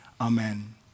Amen